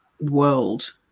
world